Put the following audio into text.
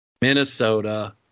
Minnesota